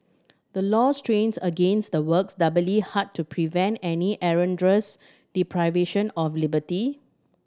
the law strains against the works doubly hard to prevent any erroneous deprivation of liberty